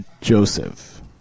Joseph